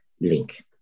link